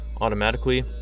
automatically